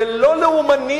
זה לא לאומני,